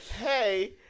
Hey